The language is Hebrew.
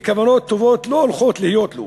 וכוונות טובות לא הולכות להיות לו.